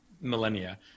millennia